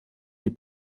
die